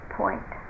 point